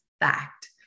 fact